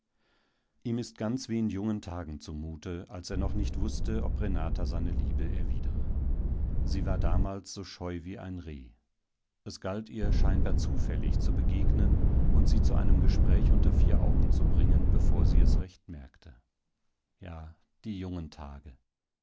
ihm ist ganz wie in jungen tagen zumute als er noch nicht wußte ob renata seine liebe erwidere sie war damals so scheu wie ein reh es galt ihr scheinbar zufällig zu begegnen und sie zu einem gespräch unter vier augen zu bringen bevor sie es recht merkte ja die jungen tage